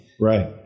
Right